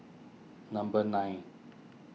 number nine